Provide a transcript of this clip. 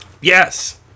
Yes